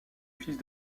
fils